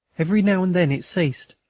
every now and then it ceased,